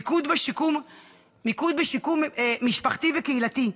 מיקוד בשיקום משפחתי וקהילתי.